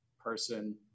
person